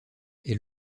est